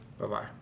Bye-bye